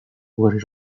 very